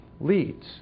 leads